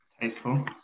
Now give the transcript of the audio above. Tasteful